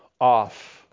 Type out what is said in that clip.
off